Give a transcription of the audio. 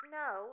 no